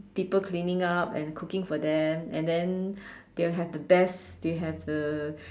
people cleaning up and cooking for them and then they'll have the best they'll have the